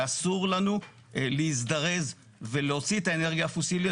שאסור לנו להזדרז ולהוציא את האנרגיה הפוסילית,